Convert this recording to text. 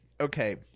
okay